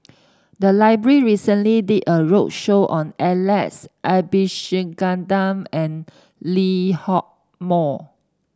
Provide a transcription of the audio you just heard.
the library recently did a roadshow on Alex Abisheganaden and Lee Hock Moh